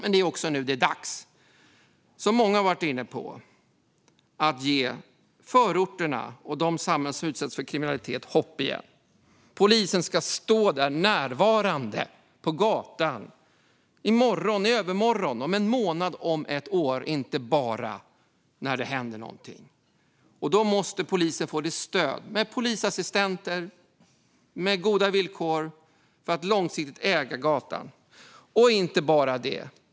Det är nu dags, som många har varit inne på, att ge förorterna och dem i samhället som har utsatts för kriminalitet hopp igen. Polisen ska stå där närvarande på gatan i morgon, i övermorgon, om en månad och om ett år och inte bara när det händer någonting. Då måste polisen få stöd med polisassistenter och goda villkor för att långsiktigt äga gatan, och inte bara det.